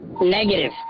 Negative